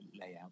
layout